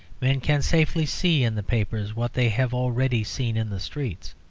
men can safely see in the papers what they have already seen in the streets.